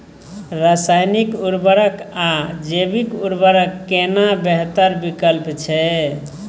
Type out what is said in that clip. रसायनिक उर्वरक आ जैविक उर्वरक केना बेहतर विकल्प छै?